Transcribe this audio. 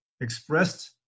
expressed